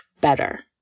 better